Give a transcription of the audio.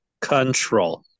control